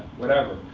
whatever.